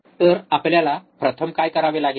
तर आपल्याला प्रथम काय करावे लागेल